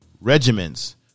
regiments